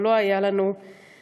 אבל לא היו לנו השכל,